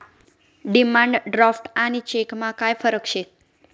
demand draft आणि चेकमा काय फरक शे